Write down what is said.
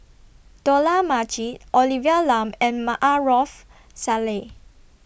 Dollah Majid Olivia Lum and Maarof Salleh